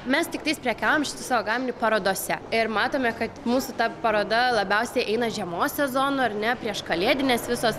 mes tiktais prekiaujam šitu savo gaminiu parodose ir matome kad mūsų ta paroda labiausiai eina žiemos sezono ar ne prieškalėdinės visos